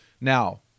Now